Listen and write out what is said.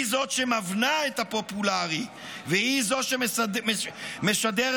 היא שמבנה את הפופולרי והיא שמשדרת